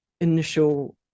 initial